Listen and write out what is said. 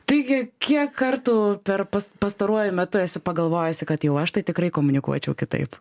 taigi kiek kartų per pas pastaruoju metu esi pagalvojusi kad jau aš tai tikrai komunikuočiau kitaip